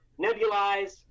nebulize